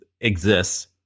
exists